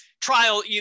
trial